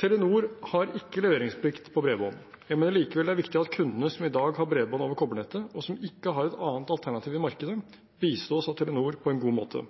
Telenor har ikke leveringsplikt når det gjelder bredbånd. Jeg mener det likevel er viktig at kundene som i dag har bredbånd over kobbernettet, og som ikke har et annet alternativ i markedet, bistås av Telenor på en god måte.